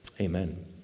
Amen